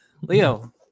Leo